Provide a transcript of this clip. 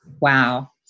Wow